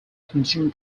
consumer